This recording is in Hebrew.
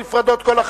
נתקבל.